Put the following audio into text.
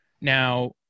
Now